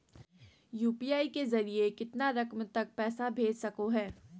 UPI के जरिए कितना रकम तक पैसा भेज सको है?